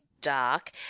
dark